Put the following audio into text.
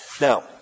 Now